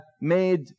made